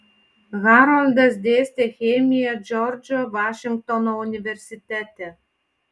haroldas dėstė chemiją džordžo vašingtono universitete